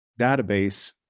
database